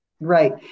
Right